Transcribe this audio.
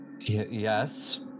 yes